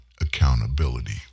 accountability